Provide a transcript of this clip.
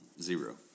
Zero